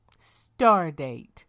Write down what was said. Stardate